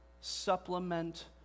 supplement